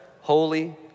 Holy